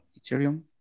Ethereum